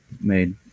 made